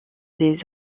des